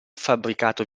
fabbricato